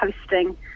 hosting